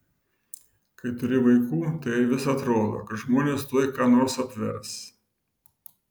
kai turi vaikų tai vis atrodo kad žmonės tuoj ką nors apvers